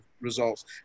results